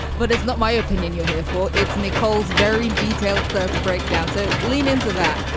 but it's not my opinion you're here for it's nicole's very detailed plus breakdown. so lean into that.